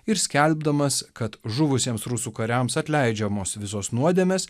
ir skelbdamas kad žuvusiems rusų kariams atleidžiamos visos nuodėmės